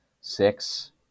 six